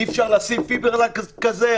אי-אפשר לשים פיברגלס כזה?